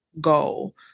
goal